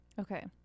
okay